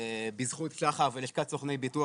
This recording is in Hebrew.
בזכות שחר ולשכת סוכני ביטוח,